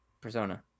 persona